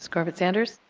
corbett-sanders.